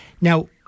Now